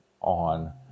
on